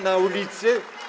Na ulicy?